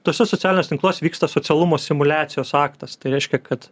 tuose socialiniuose tinkluose vyksta socialumo simuliacijos aktas tai reiškia kad